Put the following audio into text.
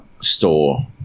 store